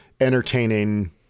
entertaining